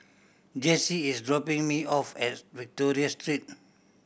Jessee is dropping me off at Victoria Street